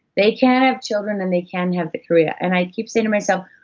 they can have children and they can have the career. and i keep saying to myself,